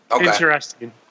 Interesting